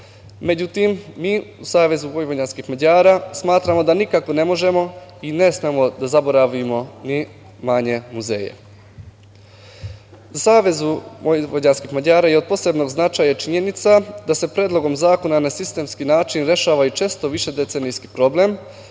Međutim u Savezu vojvođanskih Mađara smatramo da nikako ne možemo i ne smemo da zaboravimo ni manje muzeje.Za Savez vojvođanskih Mađara je od posebnog značaja i činjenica da se Predlogom zakona na sistemski zakon rešava i često višedecenijski problemi